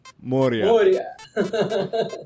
Moria